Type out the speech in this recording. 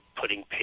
putting